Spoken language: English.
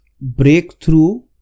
breakthrough